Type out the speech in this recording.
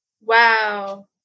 Wow